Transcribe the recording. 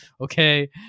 okay